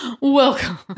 Welcome